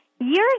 years